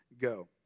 go